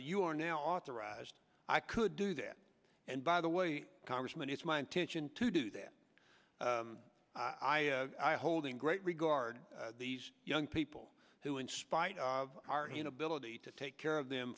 you are now authorized i could do that and by the way congressman it's my intention to do that i'm holding great regard these young people who in spite of our inability to take care of them